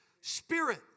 spirit